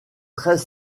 très